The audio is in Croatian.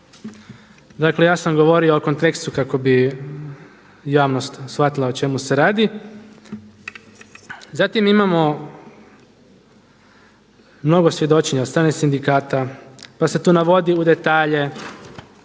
Dakle, ja sam govorio u kontekstu kako bi javnost shvatila o čemu se radi. Zatim, imamo mnogo svjedočenja od strane sindikata, pa se tu navodi u detalje